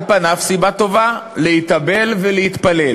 על פניו, סיבה טובה, להתאבל ולהתפלל.